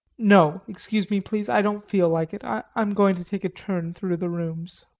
no, excuse me please, i don't feel like it. i am going to take a turn through the rooms.